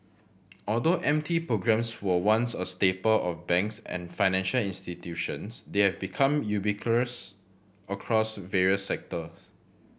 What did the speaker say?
although M T programs were once a staple of banks and financial institutions they have become ubiquitous across various sectors